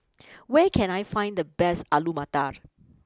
where can I find the best Alu Matar